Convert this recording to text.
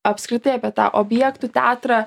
apskritai apie tą objektų teatrą